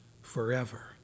forever